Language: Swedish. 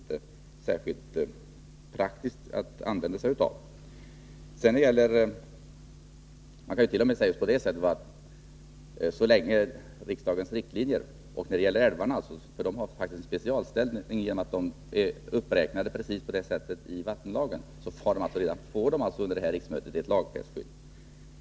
Eftersom älvarna faktiskt har en särställning genom att de är uppräknade i vattenlagen, får de under det här riksmötet ett lagfäst skydd.